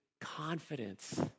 confidence